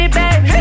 baby